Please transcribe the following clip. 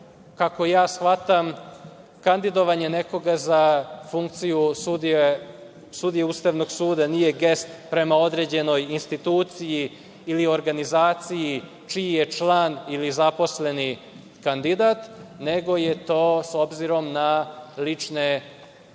kako ja shvatam, kandidovanje nekoga za funkciju sudije Ustavnog suda nije gest prema određenoj instituciji ili organizaciji čiji je član ili zaposleni kandidat, nego je to s obzirom na lične sposobnosti,